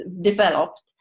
developed